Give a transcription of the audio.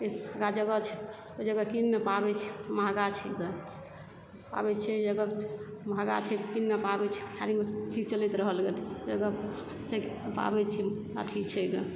जगह छै जगह कीन नहि पाबय छै महगा छै गे पाबय छै जगह महगा छै कीन नहि पाबय छै खाली अथी चलैत रहल गे पाबय छै अथी छै गे